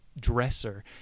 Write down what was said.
Dresser